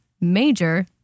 major